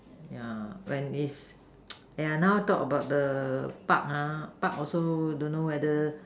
yeah when is !aiya! now talk about the Park ah Park also don't know whether